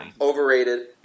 Overrated